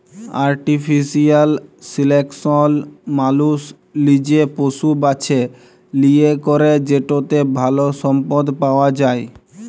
artificial selection মালুস লিজে পশু বাছে লিয়ে ক্যরে যেটতে ভাল সম্পদ পাউয়া যায়